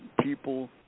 People